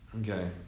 Okay